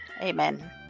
Amen